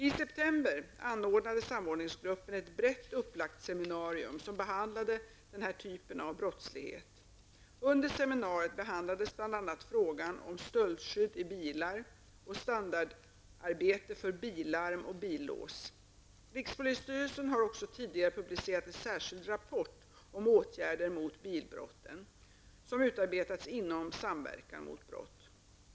I september anordnade samordningsgruppen ett brett upplagt seminarium som behandlade den här typen av brottslighet. Under seminariet behandlades bl.a. frågan om stöldskydd i bilar och standardarbete för billarm och billås. Rikspolisstyrelsen har också tidigare publicerat en särskild rapport om åtgärder mot bilbrotten Samverkan mot brott.